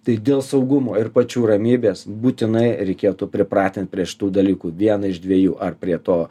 tai dėl saugumo ir pačių ramybės būtinai reikėtų pripratint prie šitų dalykų vieną iš dviejų ar prie to